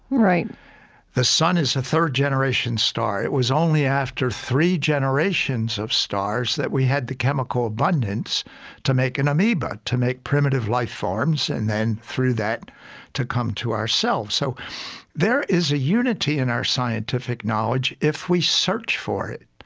the sun is third generation star. it was only after three generations of stars that we had the chemical abundance to make an amoeba, to make primitive life forms, and then through that to come to ourselves. so there is a unity in our scientific knowledge if we search for it.